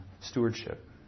stewardship